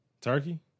Turkey